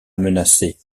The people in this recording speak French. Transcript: menacer